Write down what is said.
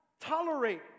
tolerate